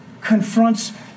confronts